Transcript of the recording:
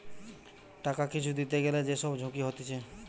টাকা কিছু দিতে গ্যালে যে সব ঝুঁকি হতিছে